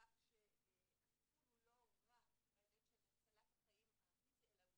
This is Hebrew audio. כך שהטיפול הוא לא רק בהיבט של הצלת החיים הפיזי אלא הוא